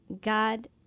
God